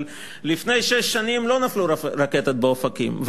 אבל לפני שש שנים לא נפלו רקטות באופקים,